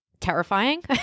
terrifying